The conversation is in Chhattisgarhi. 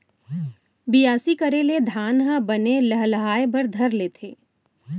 बियासी करे ले धान ह बने लहलहाये बर धर लेथे